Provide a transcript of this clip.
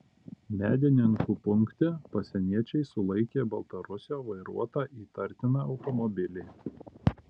medininkų punkte pasieniečiai sulaikė baltarusio vairuotą įtartiną automobilį